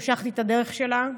המשכתי את הדרך שלה.